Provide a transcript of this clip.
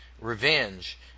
revenge